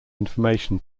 information